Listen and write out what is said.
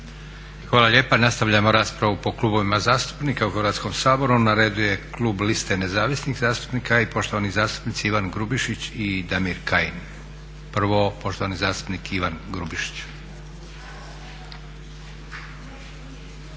Hvala lijepa. Nastavljamo raspravu po klubovima zastupnika u Hrvatskom saboru. Na redu je klub Liste nezavisnih zastupnika i poštovani zastupnici Ivan Grubišić i Damir Kajin. Prvo, poštovani zastupnik Ivan Grubišić.